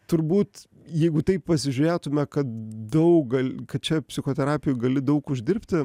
turbūt jeigu taip pasižiūrėtume kad daug gal kad čia psichoterapijoj gali daug uždirbti